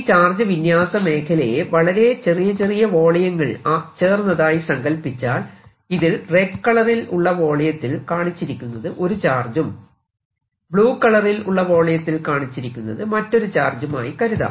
ഈ ചാർജ് വിന്യാസ മേഖലയെ വളരെ ചെറിയ ചെറിയ വോളിയങ്ങൾ ചേർന്നതായി സങ്കല്പിച്ചാൽ ഇതിൽ റെഡ് കളറിൽ ഉള്ള വോളിയത്തിൽ കാണിച്ചിരിക്കുന്നത് ഒരു ചാർജും ബ്ലൂ കളറിൽ ഉള്ള വോളിയത്തിൽ കാണിച്ചിരിക്കുന്നത് മറ്റൊരു ചാർജുമായി കരുതാം